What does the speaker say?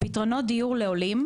פתרונות דיור לעולים,